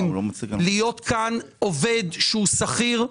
להיות כאן עובד שכיר,